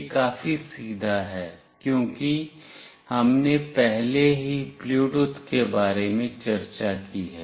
यह काफी सीधा है क्योंकि हमने पहले ही ब्लूटूथ के बारे में चर्चा की है